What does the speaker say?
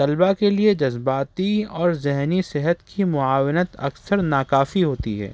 طلبا کے لیے جذباتی اور ذہنی صحت کی معاونت اکثر ناکافی ہوتی ہے